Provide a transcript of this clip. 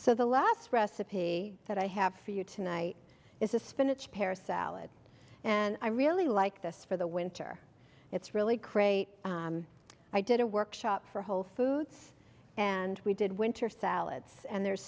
so the last recipe that i have for you tonight is a spinach pear salad and i really like this for the winter it's really great i did a workshop for whole foods and we did winter salads and there's